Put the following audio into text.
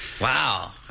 Wow